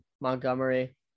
Montgomery